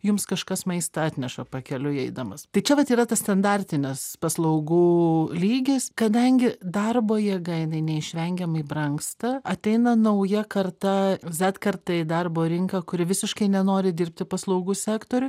jums kažkas maistą atneša pakeliui eidamas tai čia vat yra tas standartinis paslaugų lygis kadangi darbo jėga jinai neišvengiamai brangsta ateina nauja karta zet karta į darbo rinką kuri visiškai nenori dirbti paslaugų sektoriuj